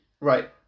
Right